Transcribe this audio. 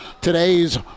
Today's